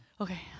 Okay